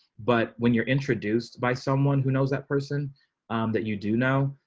but when you're introduced by someone who knows that person that you do know.